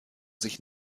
sich